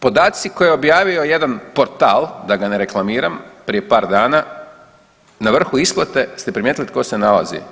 Podacima koje je objavio jedan portal da ga ne reklamiram, prije par dana na vrhu isplate jeste primijetili tko se nalazi?